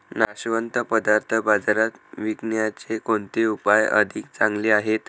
नाशवंत पदार्थ बाजारात विकण्याचे कोणते उपाय अधिक चांगले आहेत?